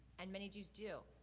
and many jews do.